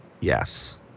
Yes